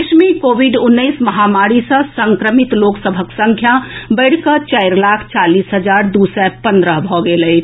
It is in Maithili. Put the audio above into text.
देश मे कोविड उन्नैस महामारी सॅ संक्रमित लोक सभक संख्या बढ़िकऽ चारि लाख चालीस हजार दू सय पन्द्रह भऽ गेल अछि